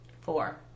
Four